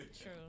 true